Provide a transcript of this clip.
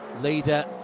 Leader